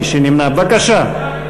בבקשה.